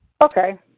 Okay